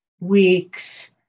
weeks